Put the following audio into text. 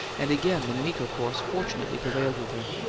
and again the meeker course fortunately prevailed with her.